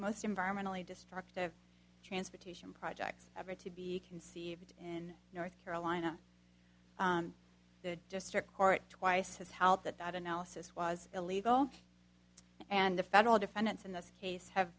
most environmentally destructive transportation projects ever to be conceived in north carolina the district court twice has helped that that analysis was illegal and the federal defendants in this case have